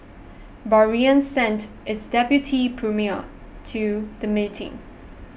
Bahrain sent its deputy premier to the meeting